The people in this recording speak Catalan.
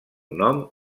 nom